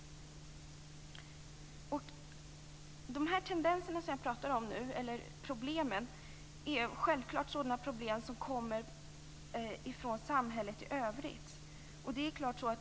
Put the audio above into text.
De här problemen är självklart sådana som kommer ifrån samhället i övrigt.